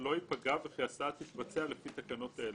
לא ייפגע וכי ההסעה תתבצע לפי תקנות אלה.